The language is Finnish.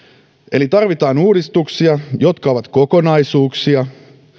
eli tarvitaan uudistuksia jotka ovat kokonaisuuksia